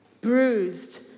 bruised